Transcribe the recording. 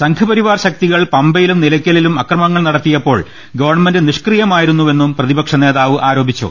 സംഘ്പരിവാർ ശക്തി കൾ പമ്പയിലും നിലയ്ക്കലിലും അക്രമങ്ങൾ നടത്തിയ പ്പോൾ ഗവൺമെന്റ് നിഷ്ക്രിയമായിരുന്നുവെന്നും പ്രതി പക്ഷ നേതാവ് ആരോപിച്ചു